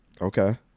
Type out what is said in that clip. Okay